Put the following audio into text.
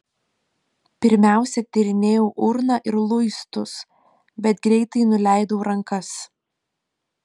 pirmiausia tyrinėjau urną ir luistus bet greitai nuleidau rankas